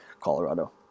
colorado